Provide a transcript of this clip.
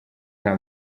nta